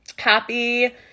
happy